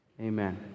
amen